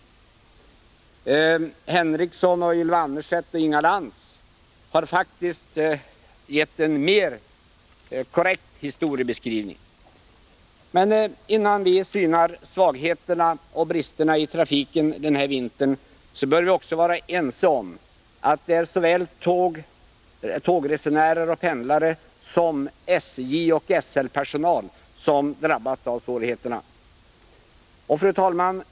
Sven Henricsson, Ylva Annerstedt och Inga Lantz har faktiskt gjort en mer korrekt historieskrivning. Innan vi synar svagheterna och bristerna i trafiken den här vintern bör vi också vara ense om att det är såväl tågresenärer och pendlare som SJ och SL-personal som har drabbats av svårigheterna. Fru talman!